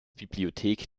bibliothek